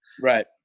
Right